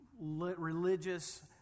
religious